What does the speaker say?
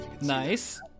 nice